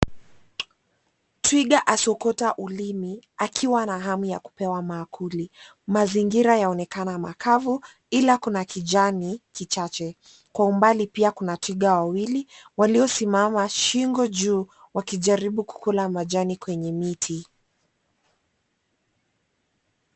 Twiga asokota ulimi, akiwa na hamu ya kupewa maakuli, mazingira yaonekana makavu, ila kuna kijani, kichache, kwa umbali pia kuna twiga wawili, waliosimama shingo juu, wakijaribu kukula majani kwenye miti.